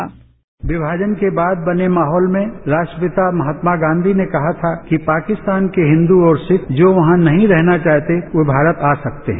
sound bite विभाजन के बाद बने माहौल में राष्ट्रपिता महात्मा गांधी ने कहा था कि पाकिस्तान के हिन्दू और सिख जो वहां नहीं रहना चाहते वो भारत आ सकते हैं